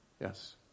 Yes